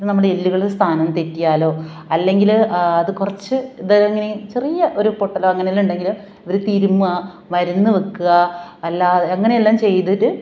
നമ്മുടെ എല്ലുകൾ സ്ഥാനം തെറ്റിയാലോ അല്ലെങ്കിൽ അത് കുറച്ച് ഇത് ഇങ്ങനെ ചെറിയ ഒരു പൊട്ടലോ അങ്ങനെല്ലാം ഉണ്ടെങ്കിൽ ഇവർ തിരുമ്മുക മരുന്ന് വെക്കുക അല്ലാതെ അങ്ങനെ എല്ലാം ചെയ്തിട്ട്